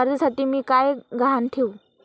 कर्जासाठी मी काय गहाण ठेवू?